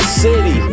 city